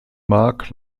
mark